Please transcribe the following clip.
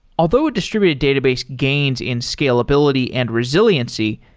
although a distributed database gains in scalability and resiliency,